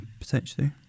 potentially